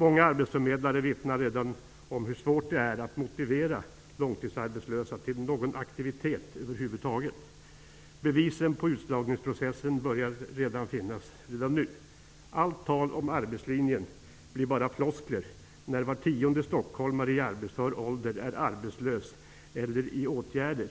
Många arbetsförmedlare vittnar redan om hur svårt det är att motivera långtidsarbetslösa till någon aktivitet över huvud taget. Bevisen på att utslagningsprocessen har börjat finns redan nu. Allt tal om arbetslinjen blir bara floskler när var tionde stockholmare i arbetsför ålder är arbetslös eller i AMS-åtgärder